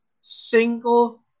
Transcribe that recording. single